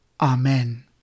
Amen